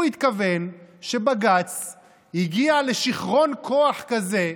הוא התכוון שבג"ץ הגיע לשיכרון כוח כזה,